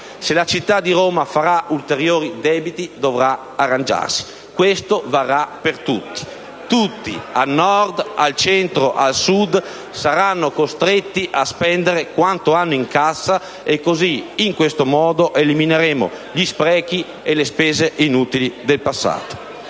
se la città di Roma farà ulteriori debiti, dovrà arrangiarsi. Questo varrà per tutti. *(Commenti dai banchi del PD).* Tutti, al Nord, al Centro e al Sud, saranno costretti a spendere quanto hanno in cassa: in questo modo elimineremo gli sprechi e le spese inutili del passato.